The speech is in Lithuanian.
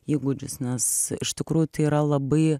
įgūdžius nes iš tikrųjų tai yra labai